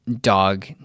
dog